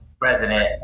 president